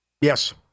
Yes